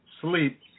sleep